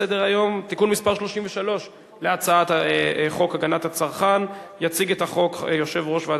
חוק משק החשמל (תיקון מס' 10 והוראת שעה) התקבל בקריאה השנייה והשלישית,